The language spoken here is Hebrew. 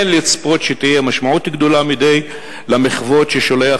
אין לצפות שתהיה משמעות גדולה מדי למחוות ששולח